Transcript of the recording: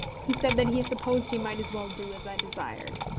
he said that he supposed he might as well do as i desired.